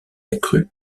accrue